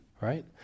right